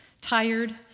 tired